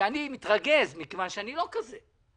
שאני מתרגז מכיוון שאני לא כזה.